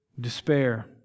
despair